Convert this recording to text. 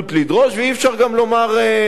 ואי-אפשר גם לומר ההיפך.